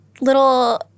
little